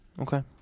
okay